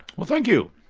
well thank you.